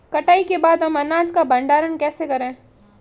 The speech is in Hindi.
कटाई के बाद हम अनाज का भंडारण कैसे करें?